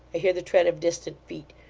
i hear the tread of distant feet.